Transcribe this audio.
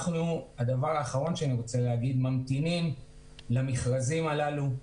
אנחנו ממתינים למכרזים הללו.